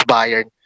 Bayern